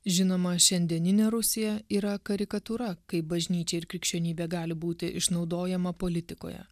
žinoma šiandieninė rusija yra karikatūra kaip bažnyčia ir krikščionybė gali būti išnaudojama politikoje